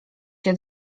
się